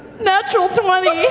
natural twenty.